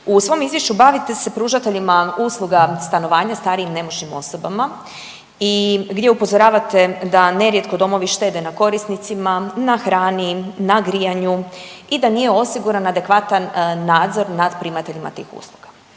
U svom izvješću bavite se pružateljima usluga stanovanja starijim i nemoćnim osobama i gdje upozoravate da nerijetko domovi štete na korisnicima, na hrani, na grijanju i da nije osiguran adekvatan nadzor nad primateljima tih usluga.